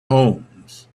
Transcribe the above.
homes